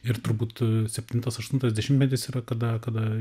ir turbūt septintas aštuntas dešimtmetis yra kada kada